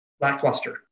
lackluster